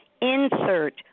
Insert